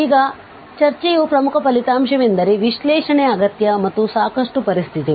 ಈಗ ಈ ಚರ್ಚೆಯ ಪ್ರಮುಖ ಫಲಿತಾಂಶವೆಂದರೆ ವಿಶ್ಲೇಷಣೆಯ ಅಗತ್ಯ ಮತ್ತು ಸಾಕಷ್ಟು ಪರಿಸ್ಥಿತಿಗಳು